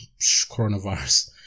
coronavirus